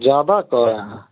ज़्यादा कहे है